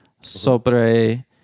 sobre